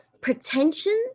pretensions